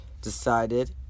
decided